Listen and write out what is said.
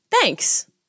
Thanks